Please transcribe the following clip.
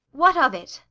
what of it?